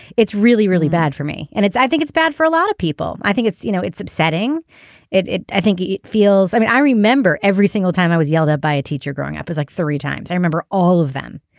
it's really really bad for me. and it's i think it's bad for a lot of people. i think it's you know it's upsetting it. i think it feels i mean i remember every single time i was yelled at by a teacher growing up is like three times i remember all of them.